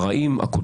כבוד האדם".